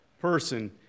person